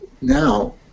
now